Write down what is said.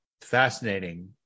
fascinating